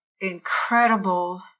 incredible